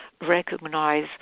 recognize